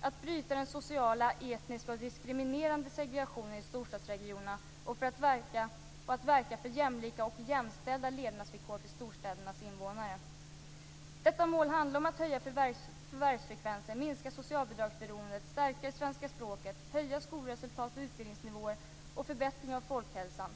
att bryta den sociala, etniska och diskriminerande segregationen i storstadsregionerna och att verka för jämlika och jämställda levnadsvillkor för storstädernas invånare. Detta mål handlar om att höja förvärvsfrekvensen, minska socialbidragsberoendet, stärka det svenska språket, höja skolresultat och utbildningsnivåer och förbättra folkhälsan.